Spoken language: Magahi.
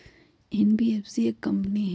एन.बी.एफ.सी एक कंपनी हई?